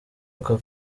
aka